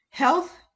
Health